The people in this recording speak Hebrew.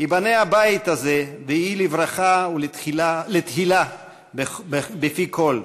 "ייבנה הבית הזה ויהי לברכה ולתהילה בפי כול,